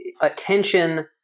Attention